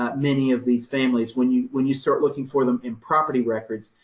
ah many of these families when you when you start looking for them in property records,